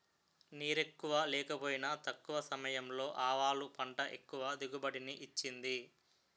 నీరెక్కువ లేకపోయినా తక్కువ సమయంలో ఆవాలు పంట ఎక్కువ దిగుబడిని ఇచ్చింది